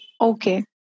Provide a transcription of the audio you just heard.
Okay